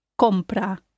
compra